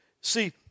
See